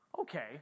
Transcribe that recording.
Okay